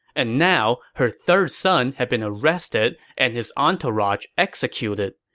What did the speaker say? and now, her third son had been arrested and his entourage executed.